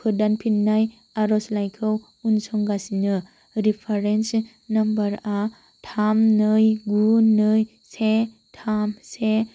फोदानफिननाय आरजलाइखौ उनसंगासिनो रिफारेन्स नाम्बारआ थाम नै गु नै से थाम से